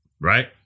right